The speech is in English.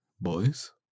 boys